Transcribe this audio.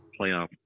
playoff